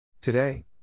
Today